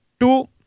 Two